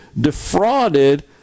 defrauded